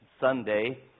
Sunday